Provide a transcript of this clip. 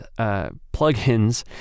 plugins